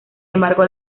embargo